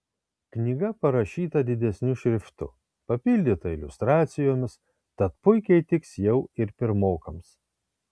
knyga parašyta didesniu šriftu papildyta iliustracijomis tad puikiai tiks jau ir pirmokams